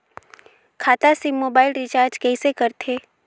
खाता से mobile recharge कइसे करथे